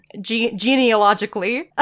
genealogically